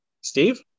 steve